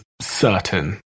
certain